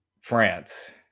France